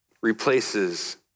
replaces